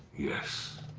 yes.